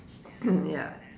ya